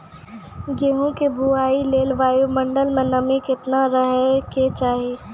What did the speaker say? गेहूँ के बुआई लेल वायु मंडल मे नमी केतना रहे के चाहि?